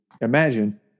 imagine